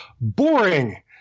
boring